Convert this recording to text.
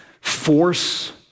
force